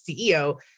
CEO